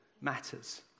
matters